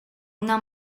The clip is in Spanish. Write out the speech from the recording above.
una